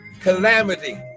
calamity